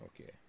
okay